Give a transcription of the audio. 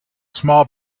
small